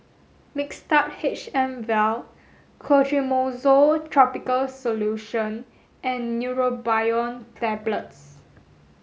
Mixtard H M Vial Clotrimozole topical solution and Neurobion Tablets